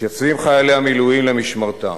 מתייצבים חיילי המילואים למשמרתם.